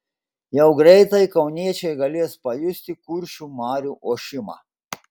jau greitai kauniečiai galės pajusti kuršių marių ošimą